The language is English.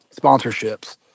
sponsorships